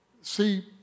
See